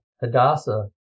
Hadassah